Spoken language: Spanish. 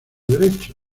derecho